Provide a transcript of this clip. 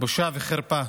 בושה וחרפה.